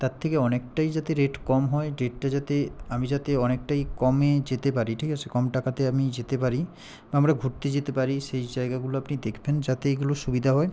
তার থেকে অনেকটাই যাতে রেট কম হয় রেটটা যাতে আমি যাতে অনেকটাই কমে যেতে পারি ঠিক আছে কম টাকাতে আমি যেতে পারি আমরা ঘুরতে যেতে পারি সেই জায়গাগুলো আপনি দেখবেন যাতে এগুলো সুবিধা হয়